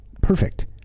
perfect